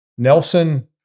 Nelson